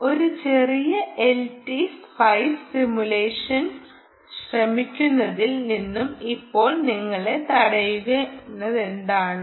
ഒരു ചെറിയ LT spice simulation ശ്രമിക്കുന്നതിൽ നിന്നും ഇപ്പോൾ നിങ്ങളെ തടയുന്നതെന്താണ്